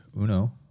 Uno